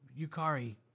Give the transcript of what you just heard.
Yukari